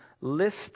list